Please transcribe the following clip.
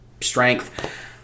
strength